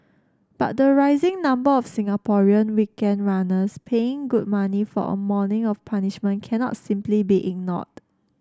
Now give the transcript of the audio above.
but the rising number of Singaporean weekend runners paying good money for a morning of punishment cannot simply be ignored